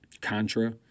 Contra